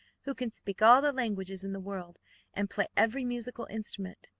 who can speak all the languages in the world and play every musical instrument.